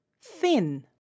thin